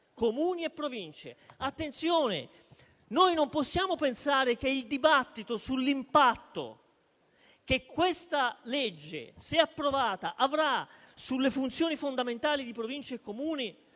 Comuni e Province. Attenzione: noi non possiamo pensare che il dibattito sull'impatto che questo disegno di legge, se approvato, avrà sulle funzioni fondamentali di Province e Comuni